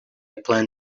plan